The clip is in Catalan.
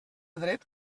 dret